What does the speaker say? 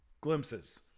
glimpses